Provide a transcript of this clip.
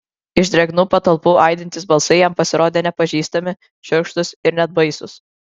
iš drėgnų patalpų aidintys balsai jam pasirodė nepažįstami šiurkštūs ir net baisūs